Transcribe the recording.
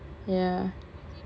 ya